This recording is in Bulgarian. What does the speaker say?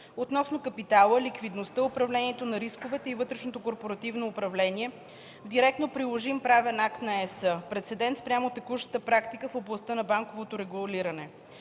относно капитала, ликвидността, управлението на рисковете и вътрешното корпоративно управление в директно приложим правен акт на ЕС – прецедент спрямо текущата практика в областта на банковото регулиране.